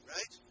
Right